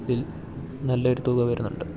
bill നല്ലൊരു തുക വരുന്നുണ്ട്